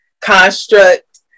construct